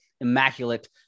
immaculate